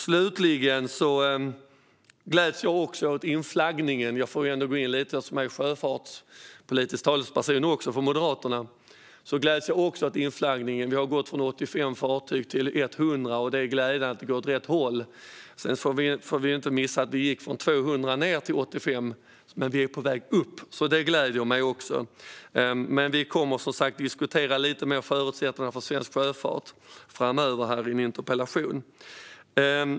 Jag får ändå gå in lite på inflaggningen eftersom jag också är sjöfartspolitisk talesperson för Moderaterna. Även jag gläds åt den. Vi har gått från 85 fartyg till 100, och det är glädjande att det går åt rätt håll. Vi får dock inte missa att vi gick från 200 ned till 85. Nu är vi på väg upp, vilket gläder mig. Vi kommer som sagt att diskutera förutsättningarna för svensk sjöfart lite mer i en kommande interpellationsdebatt.